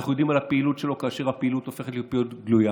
אנחנו יודעים על הפעילות שלו כאשר הפעילות הופכת להיות פעילות גלויה.